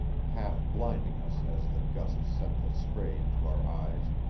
half blinding us as the gusts sent the spray into our eyes,